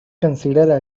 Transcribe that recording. consider